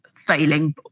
failing